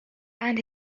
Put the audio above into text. and